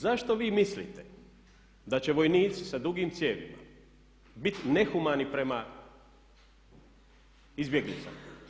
Zašto vi mislite da će vojnici sa dugim cijevima biti nehumani prema izbjeglicama?